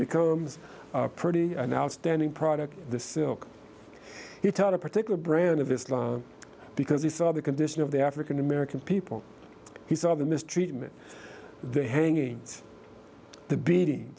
becomes pretty an outstanding product he taught a particular brand of islam because he saw the condition of the african american people he saw the mistreatment the hanging the beating